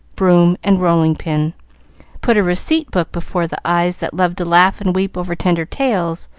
broom, and rolling-pin put a receipt-book before the eyes that loved to laugh and weep over tender tales,